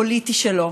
פוליטי שלו.